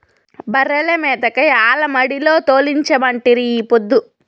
బర్రెల మేతకై ఆల మడిలో తోలించమంటిరి ఈ పొద్దు